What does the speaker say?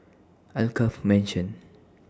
Alkaff Mansion